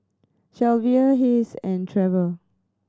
Shelvia Hayes and Treva